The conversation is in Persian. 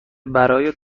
برای